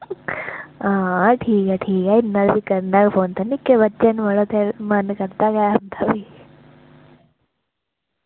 हां ठीक ऐ ठीक ऐ इ'न्ना ते फ्ही करना गै पौंदा निक्के बच्चे न मड़ो फिर मन करदा गै उं'दा बी